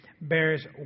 bears